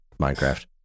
Minecraft